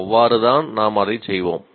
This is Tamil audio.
அவ்வாறுதான் நாம் அதைச் செய்வோம்